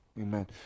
Amen